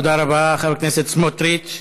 תודה רבה, חבר הכנסת סמוטריץ.